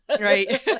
Right